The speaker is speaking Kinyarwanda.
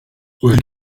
buri